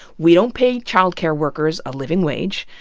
we don't pay child care workers a living wage.